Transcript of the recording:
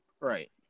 right